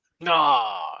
No